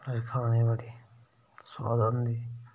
खाने बड़ी स्वाद आंदी